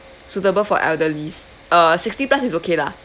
suitable for elderlies uh sixty plus is okay lah